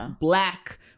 black